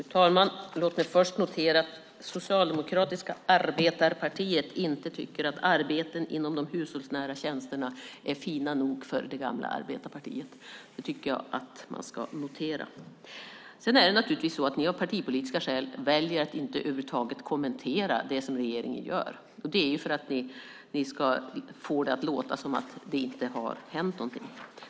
Fru talman! Låt mig först notera att Socialdemokratiska arbetarepartiet inte tycker att arbeten inom de hushållsnära tjänsterna är fina nog för det gamla arbetarepartiet. Det tycker jag att man ska notera. Ni har av partipolitiska skäl valt att inte över huvud taget kommentera det som regeringen gör. Det är för att ni ska få det att låta som att det inte har hänt något.